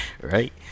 right